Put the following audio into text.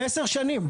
10 שנים.